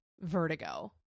vertigo